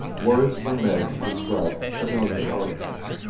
words were made to describe familiar articles.